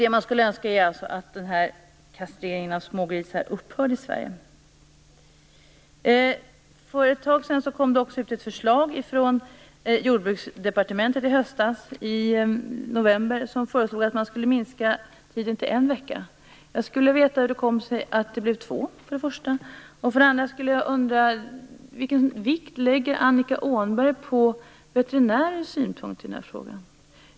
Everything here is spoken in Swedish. Det man skulle önska är att kastrering av smågrisar upphörde i Sverige. För ett tag sedan kom det också ett förslag från Jordbruksdepartementet. Det var i höstas, i november. Man föreslog att tiden skulle förkortas till en vecka. Jag skulle för det första vilja veta hur det kom sig att det blev två veckor. För det andra undrar jag: Vilken vikt lägger Annika Åhnberg vid veterinärers synpunkt i den här frågan?